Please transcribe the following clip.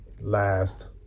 last